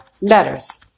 letters